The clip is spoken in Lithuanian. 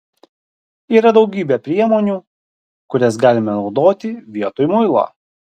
yra daugybė priemonių kurias galime naudoti vietoj muilo